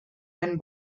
den